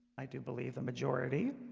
i do believe the majority